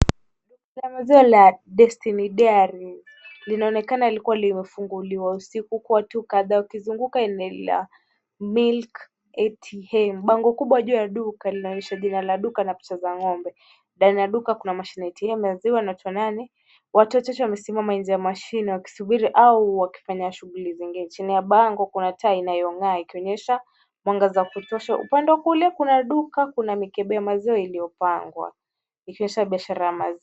Duka la maziwa la Destiny Dairies, linaonekana likiwa limefunguliwa usiku. Huku watu kadhaa wakizunguka eneo la Milk ATM . Bango kubwa juu ya duka linaonyesha jina la duka, na picha za ng'ombe. Ndani ya duka kuna mashine ya ATM ya maziwa na watu wanane. Watu watatu wamesimama nje ya mashine wakisubiri au wakifanya shughuli zingine. Chini ya bango kuna taa inayong'aa, ikionyesha mwangaza wa kutosha. Upande wa kulia kuna duka, kuna mikebe ya maziwa iliyopangwa ikionyesha biashara ya maziwa.